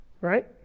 Right